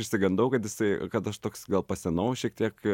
išsigandau kadjisai kad aš toks gal pasenau šiek tiek